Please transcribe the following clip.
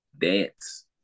dance